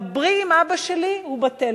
דברי עם אבא שלי, הוא בטלפון.